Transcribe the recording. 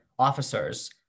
officers